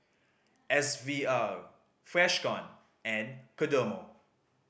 S V R Freshkon and Kodomo